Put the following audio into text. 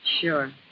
Sure